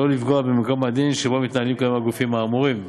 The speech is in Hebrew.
לא לפגוע במרקם העדין שבו מתנהלים כיום הגופים האמורים.